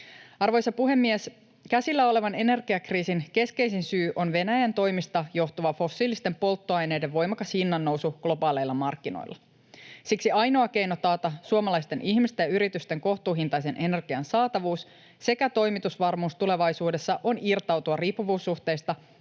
Arvoisa puhemies! Käsillä olevan energiakriisin keskeisin syy on Venäjän toimista johtuva fossiilisten polttoaineiden voimakas hinnannousu globaaleilla markkinoilla. Siksi ainoa keino taata suomalaisten ihmisten ja yritysten kohtuuhintaisen energian saatavuus sekä toimitusvarmuus tulevaisuudessa on irtautua riippuvuussuhteista